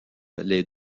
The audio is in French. les